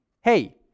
hey